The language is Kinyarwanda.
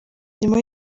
nyuma